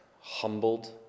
humbled